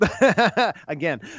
again